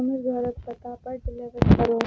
हमर घरके पतापर डिलेवर करू